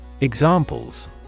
Examples